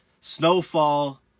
Snowfall